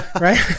right